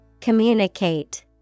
Communicate